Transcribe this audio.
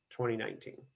2019